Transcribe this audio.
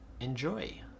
Enjoy